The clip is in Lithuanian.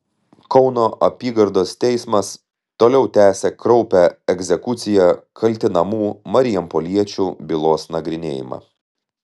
kauno apygardos teismas toliau tęsia kraupią egzekucija kaltinamų marijampoliečių bylos nagrinėjimą